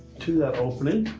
to that opening.